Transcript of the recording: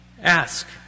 Ask